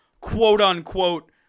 quote-unquote